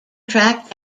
track